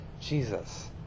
Jesus